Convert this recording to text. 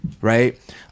right